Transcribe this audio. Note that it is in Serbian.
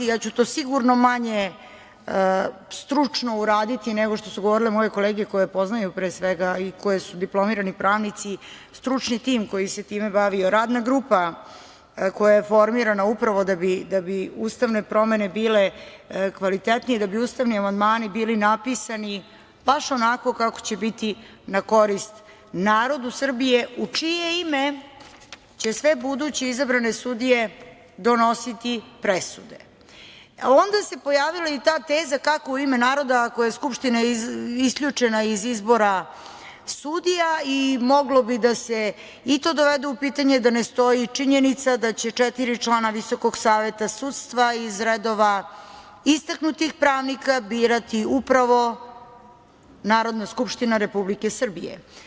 Ja ću to sigurno manje stručno uraditi, nego što su govorile moje kolege koji poznaju, pre svega, i koji su diplomirani pravnici, stručni tim koji se time bavio, radna grupa koja je formirana upravo da bi ustavne promene bile kvalitetnije i da bi ustavni amandmani bili napisani baš onako kako će biti na korist narodu Srbije, u čije ime će sve buduće izbrane sudije donositi presude, a onda se pojavila i ta teza kako u ime naroda, ako je Skupština isključena iz izbora sudija i moglo bi da se i to dovede u pitanje, da ne stoji činjenica da će četiri člana Visokog saveta sudstva iz redova istaknutih pravnika birati upravo Narodna skupština Republike Srbije.